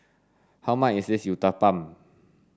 how much is Uthapam